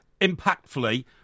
impactfully